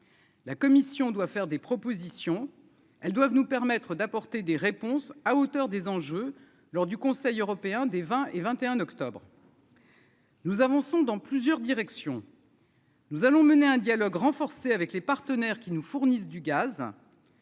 La Commission doit faire des propositions, elles doivent nous permettre d'apporter des réponses à hauteur des enjeux lors du Conseil européen des 20 et 21 octobre. Nous avançons dans plusieurs directions. Nous allons mener un dialogue renforcé avec les partenaires qu'ils nous fournissent du gaz.